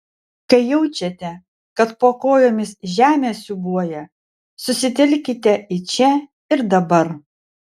kai jaučiate kad po kojomis žemė siūbuoja susitelkite į čia ir dabar